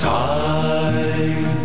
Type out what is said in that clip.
time